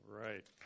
Right